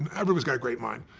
and everybody's got a great mind,